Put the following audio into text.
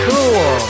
Cool